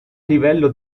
livello